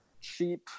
cheap